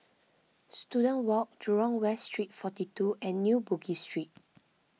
Student Walk Jurong West Street forty two and New Bugis Street